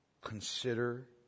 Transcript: consider